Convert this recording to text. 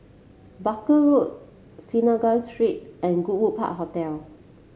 Baker Road Synagogue Street and Goodwood Park Hotel